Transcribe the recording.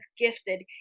gifted